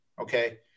Okay